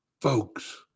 folks